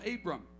Abram